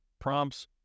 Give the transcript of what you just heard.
prompts